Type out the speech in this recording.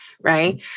right